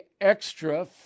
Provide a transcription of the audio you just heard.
extra